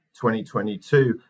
2022